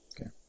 Okay